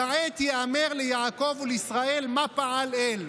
"כעת יאמר ליעקב ולישראל מה פעל אל",